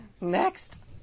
Next